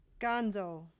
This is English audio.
Gonzo